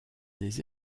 des